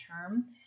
term